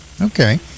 Okay